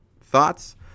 Thoughts